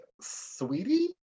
Sweetie